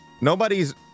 nobody's